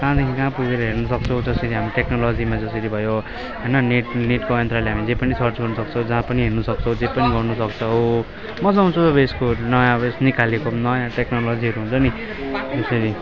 कहाँदेखि कहाँ पुगेर हेर्न सक्छौँ जसरी हामी टेक्नोलोजीमा जसरी भयो होइन नेट नेटको अन्तरालले हामी जे पनि सर्च गर्न सक्छौँ जहाँ पनि हेर्न सक्छौँ जे पनि गर्न सक्छौँ मज्जा आउँछ अब यसको नयाँ अब निकालेको नयाँ टेक्नोलोजीहरू हुन्छ नि यसरी